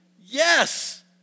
Yes